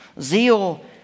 Zeal